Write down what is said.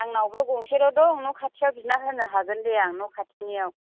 आंनावबो गंसेल' दं न' खाथियाव बिना होनो हागोन दे आं न' खाथिनियाव